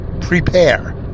prepare